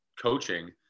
coaching